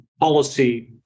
policy